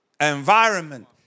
environment